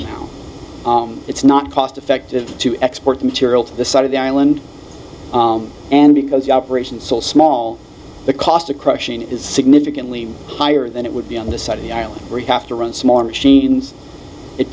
certain it's not cost effective to export the material to the side of the island and because the operation is so small the cost of crushing it is significantly higher than it would be on the side of the island where you have to run small machines it